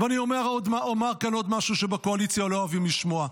אני אומר כאן עוד משהו שבקואליציה לא אוהבים לשמוע.